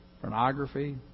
Pornography